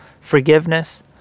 forgiveness